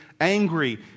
angry